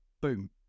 boom